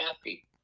happy